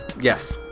Yes